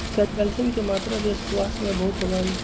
calcium के मात्रा भी स्क्वाश में बहुत होबा हई